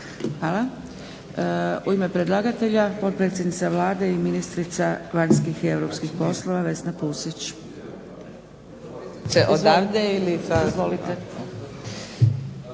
Hvala. U ime predlagatelja potpredsjednica Vlade i ministrica vanjskih i europskih poslova Vesna Pusić. Izvolite.